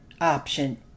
option